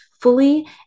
fully